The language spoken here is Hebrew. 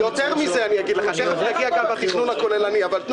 שנייה, תבין אותי.